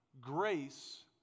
Grace